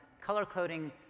color-coding